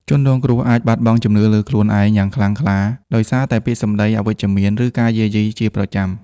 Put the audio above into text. ជនរងគ្រោះអាច បាត់បង់ជំនឿលើខ្លួនឯងយ៉ាងខ្លាំងក្លា ដោយសារតែពាក្យសម្ដីអវិជ្ជមាន ឬការយាយីជាប្រចាំ។